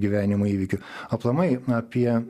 gyvenimo įvykių aplamai apie